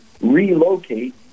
relocate